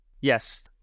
Yes